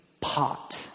pot